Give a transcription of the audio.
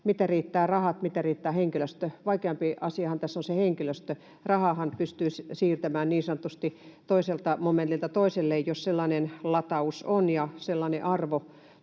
miten riittää rahat, miten riittää henkilöstö. Vaikeampi asiahan tässä on se henkilöstö. Rahaahan pystyy siirtämään niin sanotusti toiselta momentilta toiselle, jos on sellainen lataus ja sellainen arvo